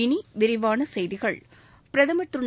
இனி விரிவான செய்திகள் பிரதுர் திரு